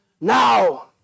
now